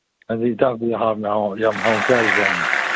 ꯑꯗꯨꯗꯤ ꯏꯇꯥꯎꯗꯤ ꯍꯥꯎꯅ ꯍꯥꯎꯅ ꯌꯥꯝ ꯍꯥꯎꯅ ꯆꯥꯔꯤꯖꯥꯠꯅꯤ